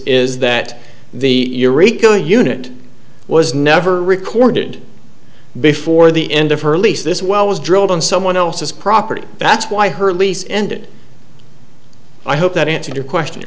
is that the eureka unit was never recorded before the end of her lease this well was drilled on someone else's property that's why her lease ended i hope that answers your question